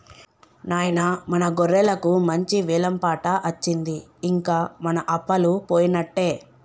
నాయిన మన గొర్రెలకు మంచి వెలం పాట అచ్చింది ఇంక మన అప్పలు పోయినట్టే